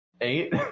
Eight